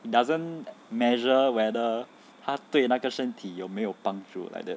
it doesn't measure whether 它对那个身体有没有帮助 like that